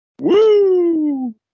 Woo